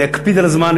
אני אקפיד על הזמן,